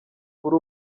kuri